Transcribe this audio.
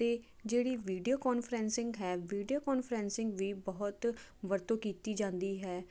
ਅਤੇ ਜਿਹੜੀ video conferencing ਹੈ ਵੀਡੀਓ ਕਾਨਫਰਸਿੰਗ ਵੀ ਬਹੁਤ ਵਰਤੋਂ ਕੀਤੀ ਜਾਂਦੀ ਹੈ